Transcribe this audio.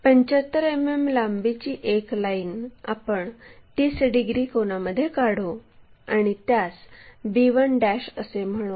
तर 75 मिमी लांबीची एक लाईन आपण 30 डिग्री कोनामध्ये काढू आणि त्यास b1 असे म्हणू